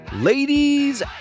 Ladies